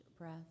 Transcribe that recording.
breath